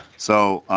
so